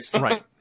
Right